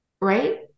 right